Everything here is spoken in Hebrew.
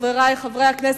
חברי חברי הכנסת,